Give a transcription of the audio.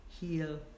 heal